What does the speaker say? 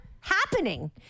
happening